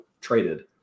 traded